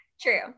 True